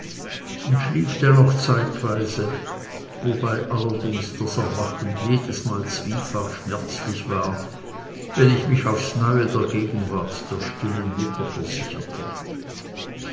und schlief dennoch zeitweise wobei allerdings das erwachen jedesmal zwiefach schmerzlich war wenn ich mich aufs neue der gegenwart der stillen mutter versicherte